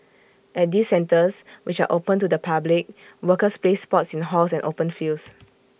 at these centres which are open to the public workers play sports in halls and open fields